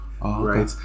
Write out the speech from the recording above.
Right